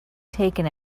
taken